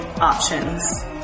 options